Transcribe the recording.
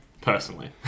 personally